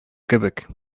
кебек